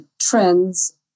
trends